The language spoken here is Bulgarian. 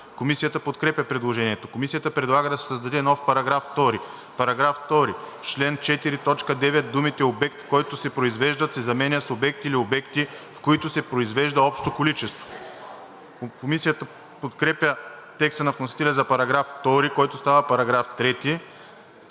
Комисията подкрепя предложението. Комисията предлага да се създаде нов § 2: § 2. В чл. 4, т. 9 думите „обект, в който се произвеждат“ се заменят с „обект или обекти, в които се произвежда общо количество“. Комисията подкрепя текста на вносителя за § 2, който става § 3.